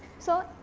so,